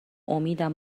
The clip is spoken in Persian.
امیدم